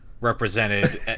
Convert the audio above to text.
represented